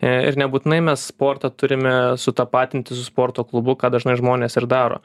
ir nebūtinai mes sportą turime sutapatinti su sporto klubu ką dažnai žmonės ir daro